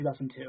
2002